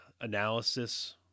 analysis